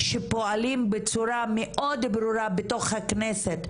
שפועלים בצורה מאוד ברורה בתוך הכנסת,